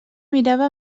mirava